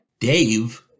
Dave